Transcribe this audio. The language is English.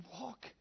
walk